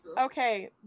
Okay